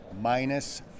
minus